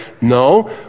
no